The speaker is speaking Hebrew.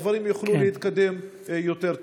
הדברים יוכלו להתקדם טוב יותר.